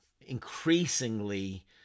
increasingly